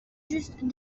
juste